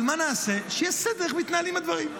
אבל מה נעשה שיש סדר איך מתנהלים הדברים.